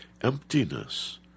emptiness